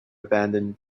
abandon